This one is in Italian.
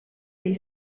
dei